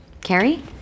Carrie